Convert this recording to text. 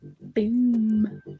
Boom